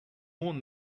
warn